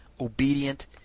obedient